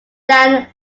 than